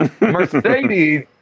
Mercedes